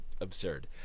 absurd